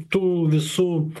tų visų